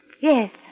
Yes